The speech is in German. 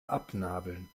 abnabeln